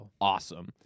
awesome